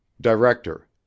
Director